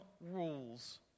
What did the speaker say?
rules